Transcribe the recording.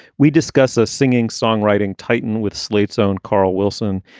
we discuss a singing songwriting titan with slate's own carl wilson.